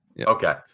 Okay